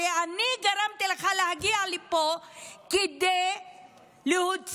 הרי אני גרמתי לך להגיע לפה כדי להוציא